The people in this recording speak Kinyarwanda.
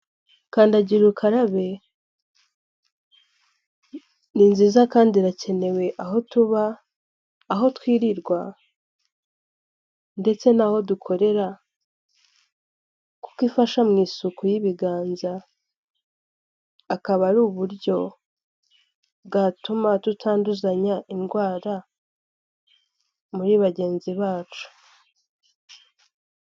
Kandagira ukarabe, ni nziza kandi irakenewe aho tuba, aho twirirwa ndetse n'aho dukorera, kuko ifasha mu isuku y'ibiganza, akaba ari uburyo bwatuma tutanduzanya, indwara muri bagenzi bacu.